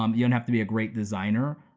um you don't have to be a great designer.